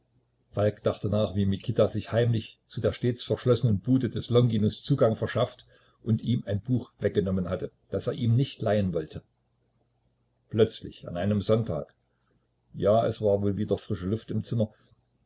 falk dachte nach wie mikita sich heimlich zu der stets verschlossenen bude des longinus zugang verschafft und ihm ein buch weggenommen hatte das er ihm nicht leihen wollte plötzlich an einem sonntag ja es war wohl wieder frische luft im zimmer